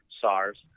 SARS